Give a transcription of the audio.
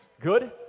Good